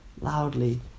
loudly